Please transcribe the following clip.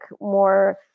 more